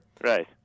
Right